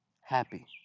Happy